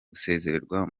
gusezererwa